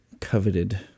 coveted